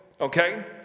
Okay